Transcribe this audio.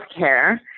healthcare